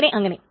അങ്ങനെ അങ്ങനെ